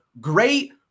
great